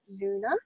Luna